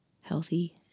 healthy